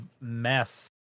mess